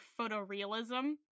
photorealism